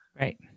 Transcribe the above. Right